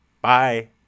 Bye